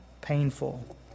painful